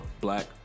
black